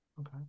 Okay